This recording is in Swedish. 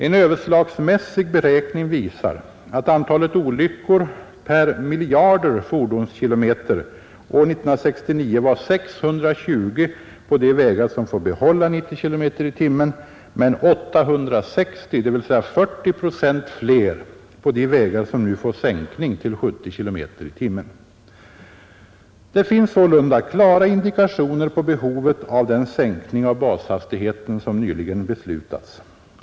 En överslagsmässig beräkning visar att antalet olyckor per miljarder fordonskilometer år 1969 var 620 på de vägar som får behålla 90 km tim. Det finns sålunda klara indikationer på behovet av den sänkning av bashastigheten som nyligen beslutats.